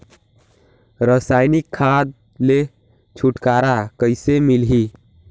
रसायनिक खाद ले छुटकारा कइसे मिलही?